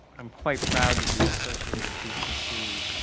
i'm quite proud to be associated with pcc.